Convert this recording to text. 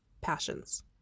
passions